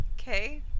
okay